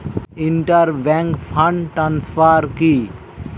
Inter bank fund transfer কি?